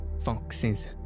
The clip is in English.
foxes